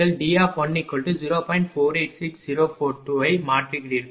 486042 ஐ மாற்றுகிறீர்கள்